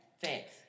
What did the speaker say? Thanks